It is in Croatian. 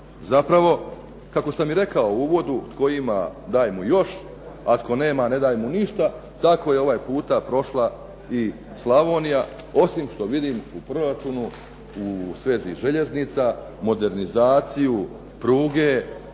zapravo kako sam i rekao u uvodu tko ima daj mu još, a tko nema ne daj mu ništa. Tako je i ovaj puta prošla i Slavonija, osim što vidim u proračunu svezi željeznica modernizaciju pruge,